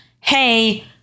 hey